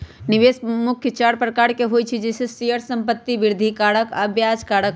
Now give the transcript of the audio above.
निवेश मुख्य चार प्रकार के होइ छइ जइसे शेयर, संपत्ति, वृद्धि कारक आऽ ब्याज कारक